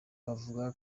bavuga